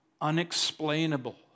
unexplainable